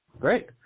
great